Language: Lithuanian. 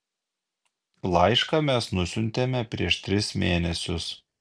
laišką mes nusiuntėme prieš tris mėnesius